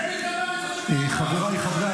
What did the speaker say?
בנט אמר את זה בריאיון --- חברי הכנסת,